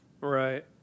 Right